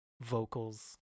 vocals